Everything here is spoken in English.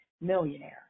millionaire